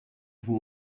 from